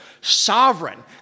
sovereign